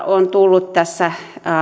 on tullut tässä